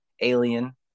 alien